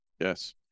Yes